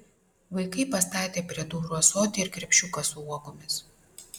vaikai pastatė prie durų ąsotį ir krepšiuką su uogomis